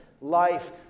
life